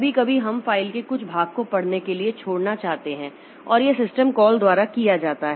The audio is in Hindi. कभी कभी हम फ़ाइल के कुछ भाग को पढ़ने के लिए छोड़ना चाहते हैं और यह सिस्टम कॉल द्वारा किया जाता है